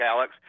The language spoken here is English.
Alex